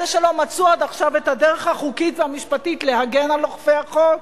אלה שלא מצאו עד עכשיו את הדרך החוקית והמשפטית להגן על אוכפי החוק,